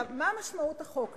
מה משמעות החוק הזה?